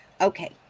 Okay